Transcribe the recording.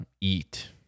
eat